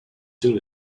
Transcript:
soon